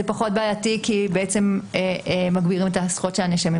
זה פחות בעייתי כי בעצם מגבירים את הזכויות של הנאשמים,